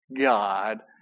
God